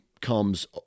comes